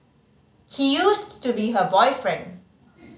he used to be her boyfriend